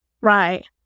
right